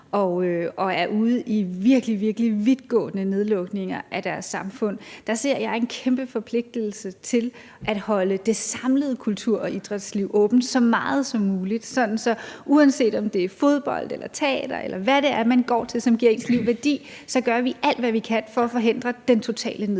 og er ude i virkelig, virkelig vidtgående nedlukninger af deres samfund. Der ser jeg en kæmpe forpligtelse til at holde det samlede kultur- og idrætsliv åbent så meget som muligt, sådan at uanset om det er fodbold eller teater, eller hvad det er, man går til, som giver ens liv værdi, så gør vi alt, hvad vi kan for at forhindre den totale nedlukning.